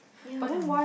ya